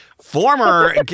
former